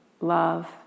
love